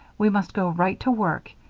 we must go right to work.